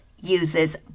uses